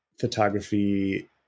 photography